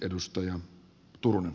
arvoisa puhemies